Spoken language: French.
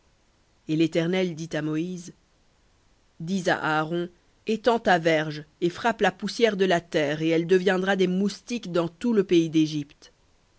et l'éternel dit à moïse dis à aaron étends ta verge et frappe la poussière de la terre et elle deviendra des moustiques dans tout le pays d'égypte